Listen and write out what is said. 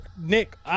Nick